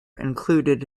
included